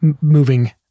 moving